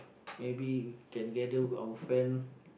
maybe can gather our friend